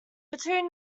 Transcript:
between